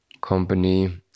company